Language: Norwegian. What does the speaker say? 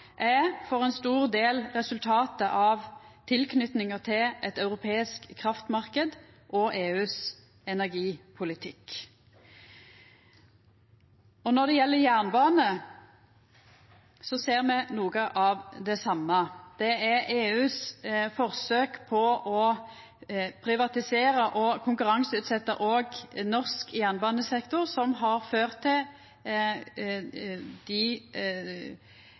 er for ein stor del resultatet av tilknytinga til ein europeisk kraftmarknad og EUs energipolitikk. Når det gjeld jernbane, ser me noko av det same. Det er EUs forsøk på å privatisera og konkurranseutsetja òg norsk jernbanesektor som har ført til